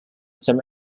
some